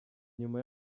nyuma